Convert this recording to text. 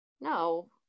No